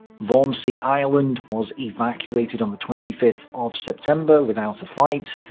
vormsi island was evacuated on the twenty fifth of september without a fight.